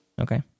Okay